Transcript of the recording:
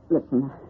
Listen